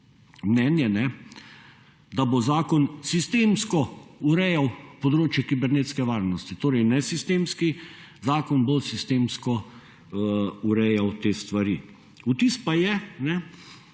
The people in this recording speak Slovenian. mnenje, da bo zakon sistemsko urejal področje kibernetske varnosti, torej nesistemski zakon bo sistemsko urejal te stvari. Vtis pa je